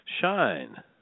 shine